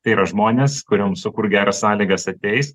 tai yra žmonės kurioms sukur geros sąlygos ateis